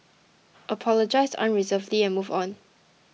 apologise unreservedly and move on